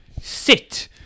sit